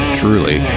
truly